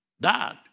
died